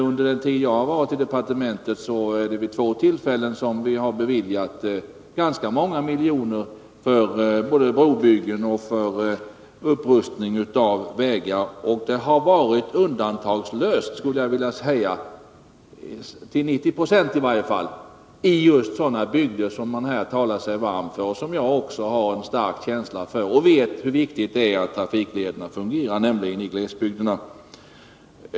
Under den tid som jag har varit i departementet har vi vid två tillfällen beviljat ganska många miljoner till både brobyggen och upprustning av vägar. Dessa pengar har nästan undantagslöst gått till just sådana bygder som man här talar sig varm för, nämligen glesbygderna. Det är bygder som även jag har en stark känsla för, och jag vet hur viktigt det är att trafiklederna fungerar också där.